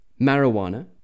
Marijuana